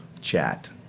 chat